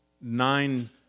nine